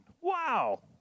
Wow